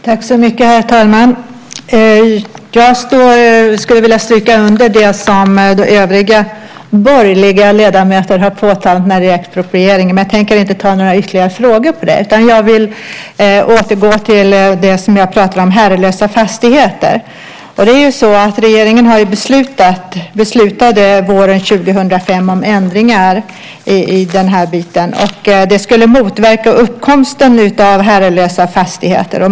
Herr talman! Jag skulle vilja stryka under det som övriga borgerliga ledamöter har påtalat om expropriering, men jag tänker inte ställa några ytterligare frågor om det. Jag vill återgå till herrelösa fastigheter. Regeringen beslutade våren 2005 om ändringar på det området. Det skulle motverka uppkomsten av herrelösa fastigheter.